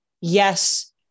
yes